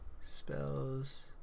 spells